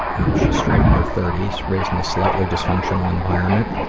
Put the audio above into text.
and she's straight in her thirty s, raised in a slightly dysfunctional environment.